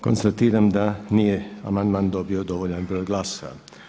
Konstatiram da nije amandman dobio dovoljan broj glasova.